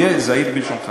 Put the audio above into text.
היה זהיר בלשונך.